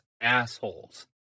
assholes